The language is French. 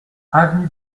avenue